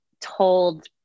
told